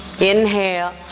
Inhale